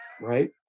right